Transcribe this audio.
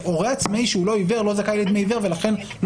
מי שלא עיוור לא זכאי לדמי עיוור ולכן לא